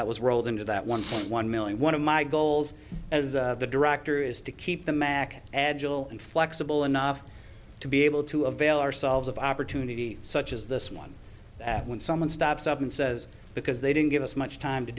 that was rolled into that one point one million one of my goals as the director is to keep the mac agile and flexible enough to be able to avail ourselves of opportunity such as this one that when someone stops up and says because they didn't give us much time to